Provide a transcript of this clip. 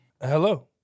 Hello